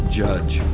judge